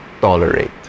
tolerate